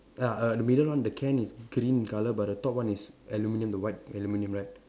ya err the middle one the can is green in colour but the top one is aluminium the white aluminium right